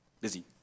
busy